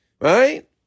Right